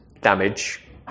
damage